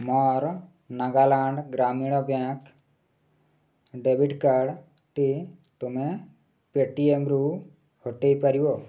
ମୋର ନାଗାଲାଣ୍ଡ୍ ଗ୍ରାମୀଣ bank debit କାର୍ଡ଼୍ଟି ତୁମେ ପେଟିଏମ୍ରୁ ହଟାଇ ପାରିବ